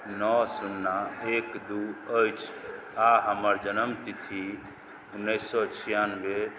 नओ सुन्ना एक दुइ अछि आओर हमर जनमतिथि उनैस सओ छिआनवे